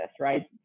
right